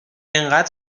اینقد